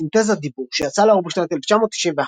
וסינתזת דיבור שיצאה לאור בשנת 1991,